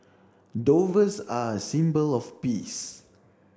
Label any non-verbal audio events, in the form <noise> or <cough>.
<unintelligible> are a symbol of peace